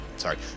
Sorry